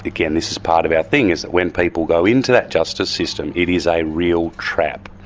again, this is part of our thing, is that when people go into that justice system it is a real trap.